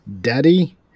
daddy